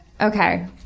Okay